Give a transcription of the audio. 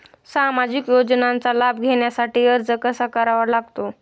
सामाजिक योजनांचा लाभ घेण्यासाठी अर्ज कसा करावा लागतो?